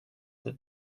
that